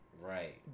Right